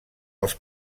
els